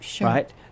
right